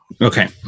Okay